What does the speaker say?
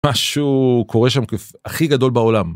משהו קורה שם הכי גדול בעולם.